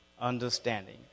Understanding